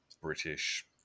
British